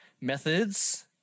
methods